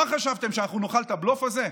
מה חשבתם, שאנחנו נאכל את הבלוף הזה?